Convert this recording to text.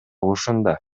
ушунда